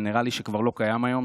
שנראה לי שכבר לא קיים היום,